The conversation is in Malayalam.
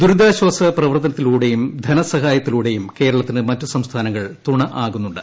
ദുരിതാശ്വാസ പ്രവർത്തനത്തിലൂടെയും ധനസഹായത്തിലൂടെയും കേരളത്തിന് സംസ്ഥാനങ്ങൾ മറ്റൂ തുണയാകുന്നുണ്ട്